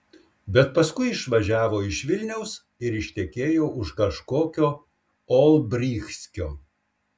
bet paskui išvažiavo iš vilniaus ir ištekėjo už kažkokio olbrychskio